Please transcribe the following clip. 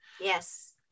Yes